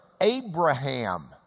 Abraham